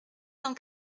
cent